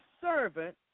servant